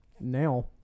now